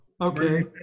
okay